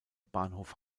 bahnhof